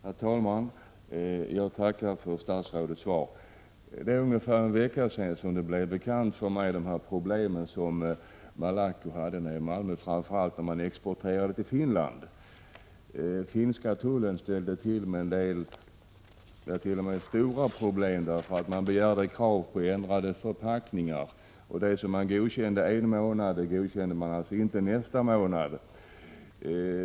Herr talman! Jag tackar för statsrådets svar. Malacos problem blev bekanta för mig för ungefär en vecka sedan. Framför allt gäller Malacos problem exporten till Finland. Den finska tullen ställde till med stora problem då den krävde ändrade förpackningar. Det som godkändes den ena månaden godkändes inte nästa månad.